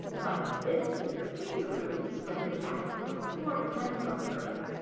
but this is particularly for the jacksonville, florida metro area.